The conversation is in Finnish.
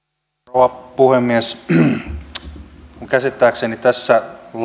rouva puhemies minun käsittääkseni tässä